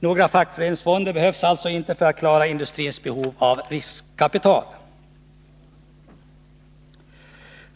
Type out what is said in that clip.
Några fackföreningsfonder behövs alltså inte för att klara industrins behov av riskkapital.